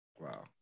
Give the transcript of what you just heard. wow